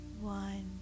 one